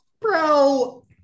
Bro